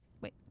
wait